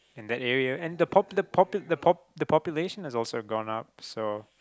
and that area and the pop the pop the pop the population has also gone up so